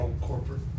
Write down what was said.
corporate